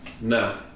No